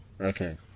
Okay